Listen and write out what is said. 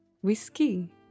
Whiskey